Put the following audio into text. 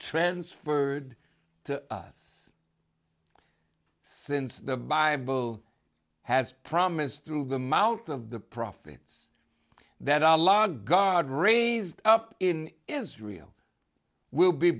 transferred to us since the bible has promised through the mouth of the profits that our law god raised up in israel will be